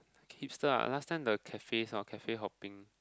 hipster ah last time the cafes orh cafe hopping